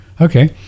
Okay